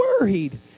worried—